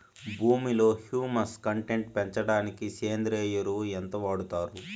భూమిలో humus content పెంచడానికి సేంద్రియ ఎరువు ఎంత వాడుతారు